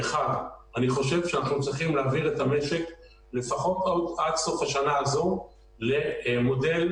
אנחנו חושבים שצריך לתחום את הדברים וגם עכשיו אנחנו רואים